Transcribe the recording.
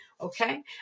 okay